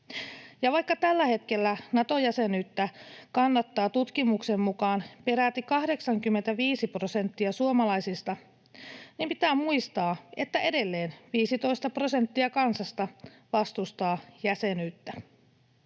vaikka tällä hetkellä Nato-jäsenyyttä kannattaa tutkimuksen mukaan peräti 85 prosenttia suomalaisista, niin pitää muistaa, että edelleen 15 prosenttia kansasta vastustaa jäsenyyttä.